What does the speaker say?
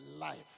life